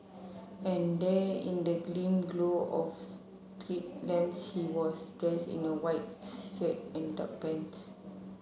and there in the dim glow of street lamps he was dressed in a white shirt and dark pants